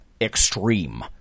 extreme